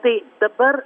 tai dabar